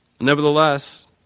Nevertheless